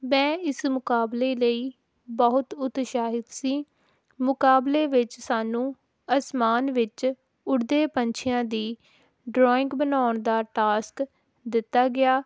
ਮੈਂ ਇਸ ਮੁਕਾਬਲੇ ਲਈ ਬਹੁਤ ਉਤਸ਼ਾਹਿਤ ਸੀ ਮੁਕਾਬਲੇ ਵਿੱਚ ਸਾਨੂੰ ਅਸਮਾਨ ਵਿੱਚ ਉਡਦੇ ਪੰਛੀਆਂ ਦੀ ਡਰੋਇੰਗ ਬਣਾਉਣ ਦਾ ਟਾਸਕ ਦਿੱਤਾ ਗਿਆ